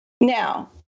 Now